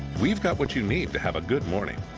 we've got what you need to have a good morning.